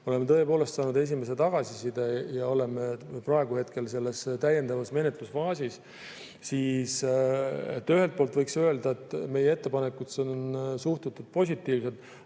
oleme tõepoolest saanud esimese tagasiside ja oleme praegu täiendavas menetlusfaasis. Ühelt poolt võiks öelda, et meie ettepanekutesse on suhtutud positiivselt.